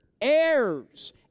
Heirs